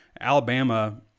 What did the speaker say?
Alabama